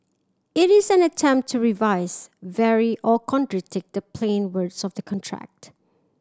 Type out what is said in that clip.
it is an attempt to revise vary or contradict the plain words of the contract